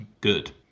good